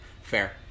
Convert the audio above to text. fair